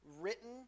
written